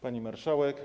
Pani Marszałek!